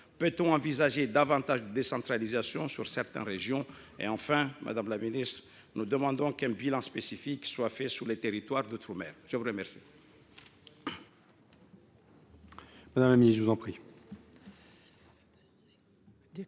Peut on envisager davantage de décentralisation sur certains sujets ? Enfin, madame la ministre, nous demandons qu’un bilan spécifique soit établi dans les territoires d’outre mer. La parole